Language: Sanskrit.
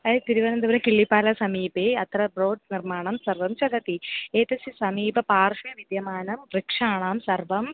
अयं तिरुवनन्तपुर किल्लिपालसमीपे अत्र ब्रोड् निर्माणं सर्वं चलति एतस्य समीप पार्श्वे विद्यमानानां वृक्षाणां सर्वं